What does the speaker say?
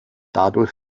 dadurch